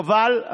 חבל.